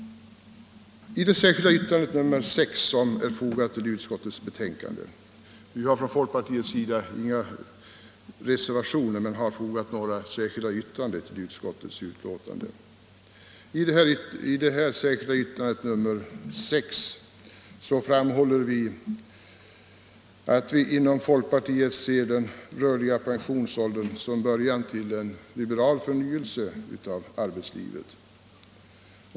I det särskilda yttrandet nr 6 — vi har från folkpartiets sida inte avgivit några reservationer men har fogat några särskilda yttranden till utskottets betänkande — framhålles att vi inom folkpartiet ser den rörliga pensionsåldern som början till en liberal förnyelse av arbetslivet.